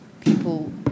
people